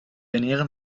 ernähren